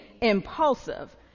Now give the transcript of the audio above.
impulsive